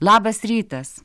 labas rytas